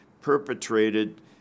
perpetrated